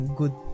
good